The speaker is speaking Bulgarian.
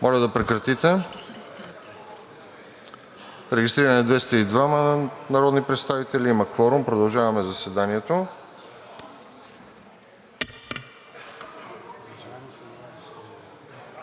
Моля за регистрация. Регистрирани 202 народни представители. Има кворум, продължаваме заседанието.